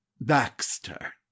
baxter